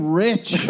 rich